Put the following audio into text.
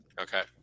okay